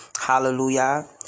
Hallelujah